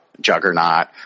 juggernaut